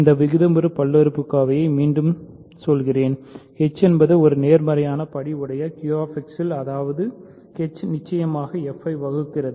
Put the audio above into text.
நான் இந்த விகிதமுறு பல்லுறுப்புக்கோவையை மீண்டும் சொல்கிறேன் h என்பது நேர்மறையான படி கொண்ட QX இல் உள்ளது அதாவது h நிச்சயமாக f ஐ வகுக்கிறது